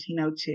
1902